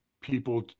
people